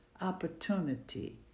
opportunity